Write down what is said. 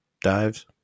dives